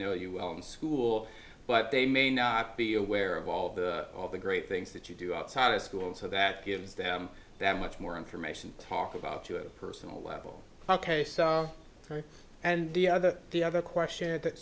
know you well in school but they may not be aware of all of the great things that you do outside of school so that gives them that much more information to talk about to a personal level and the other the other question that